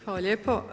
Hvala lijepo.